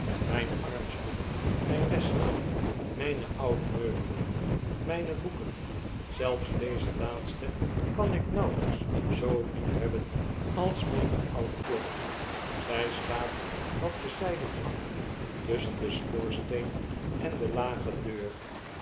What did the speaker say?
mijn armstoel myn lessenaar myne oude meubelen mtyne boeken zelfs deze laatste kan iknauwelyks zoo liefhebben als myne oude klok zij staat wat bezyden af tusschen den schoorsteen en de lage deur